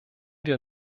wir